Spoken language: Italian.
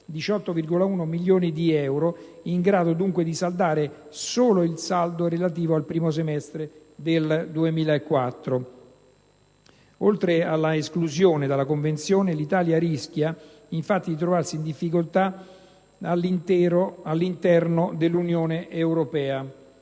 18,1 milioni di euro, in grado dunque di coprire solo il saldo relativo al primo semestre del 2004. Oltre all'esclusione dalla Convenzione, l'Italia rischia di trovarsi in difficoltà all'interno dell'Unione europea.